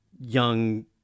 young